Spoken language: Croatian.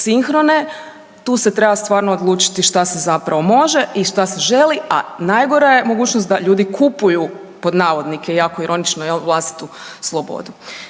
tu se treba stvarno odlučiti šta se zapravo može i šta se želi, a najgora je mogućnost da ljudi „kupuju“ i jako ironično, jel vlastitu slobodu.